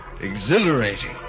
exhilarating